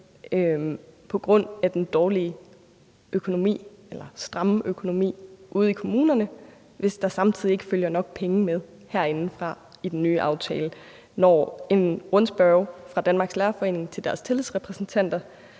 på grund af den dårlige og stramme økonomi ude i kommunerne, hvis der samtidig ikke følger nok penge med herindefra i den nye aftale? I en rundspørge fra Danmarks Lærerforening til deres tillidsrepræsentanter